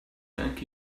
thank